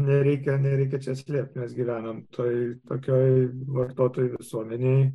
nereikia nereikia čia slėpt mes gyvename toj tokioj vartotojų visuomenėj